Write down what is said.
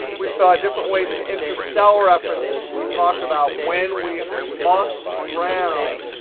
we saw different ways to enter cell references. we talked about when we must round.